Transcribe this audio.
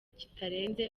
kitarenze